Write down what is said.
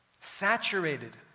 Saturated